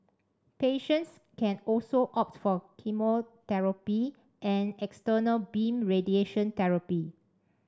patients can also opt for chemotherapy and external beam radiation therapy